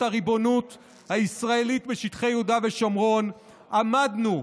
הריבונות הישראלית בשטחי יהודה ושומרון עמדנו,